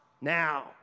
now